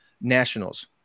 nationals